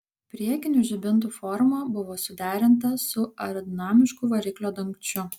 priekinių žibintų forma buvo suderinta su aerodinamišku variklio dangčiu